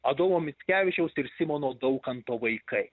adomo mickevičiaus ir simono daukanto vaikai